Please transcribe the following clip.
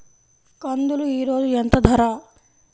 కందులు ఈరోజు ఎంత ధర?